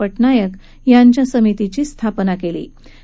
पटनाईक यांच्या समितीची स्थापना क्वी